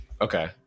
Okay